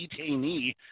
detainee